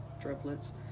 triplets